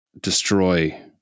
destroy